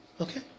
Okay